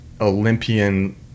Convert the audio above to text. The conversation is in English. olympian